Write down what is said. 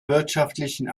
wirtschaftlichen